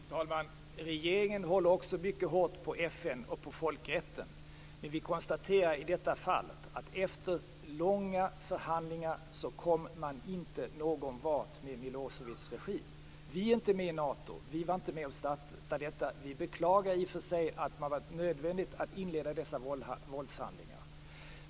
Fru talman! Regeringen håller också mycket hårt på FN och på folkrätten. Men vi konstaterar i detta fallet att man efter långa förhandlingar inte kom någon vart med Milosevics regim. Vi är inte med i Nato och vi var inte med och startade detta. Vi beklagar i och för sig att det varit nödvändigt att inleda dessa våldshandlingar.